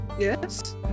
Yes